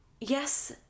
yes